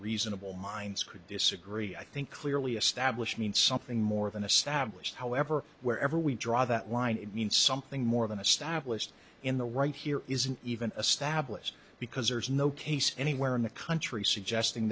reasonable minds could disagree i think clearly established means something more of an established however wherever we draw that line it means something more than a stablished in the right here isn't even a stablished because there is no case anywhere in the country suggesting